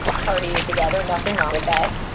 partying together, nothing wrong with that,